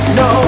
no